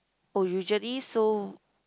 oh usually so